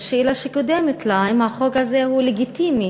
יש שאלה שקודמת לה, האם החוק הזה הוא לגיטימי